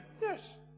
Yes